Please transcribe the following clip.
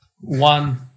one